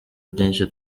byinshi